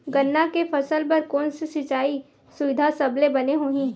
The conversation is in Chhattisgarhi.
गन्ना के फसल बर कोन से सिचाई सुविधा सबले बने होही?